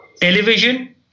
Television